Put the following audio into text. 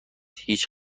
هیچ